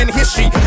history